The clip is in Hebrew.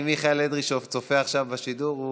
אם מיכאל אדרי צופה עכשיו בשידור הזה,